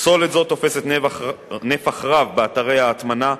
פסולת זו תופסת נפח רב באתרי ההטמנה,